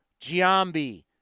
Giambi